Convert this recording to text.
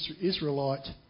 Israelite